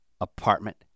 apartment